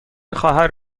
خواهر